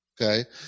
Okay